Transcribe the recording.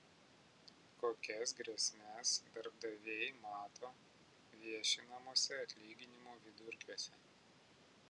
kokias grėsmes darbdaviai mato viešinamuose atlyginimų vidurkiuose